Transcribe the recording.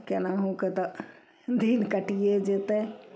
केनाहुके तऽ दिन कटिये जेतय